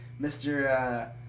Mr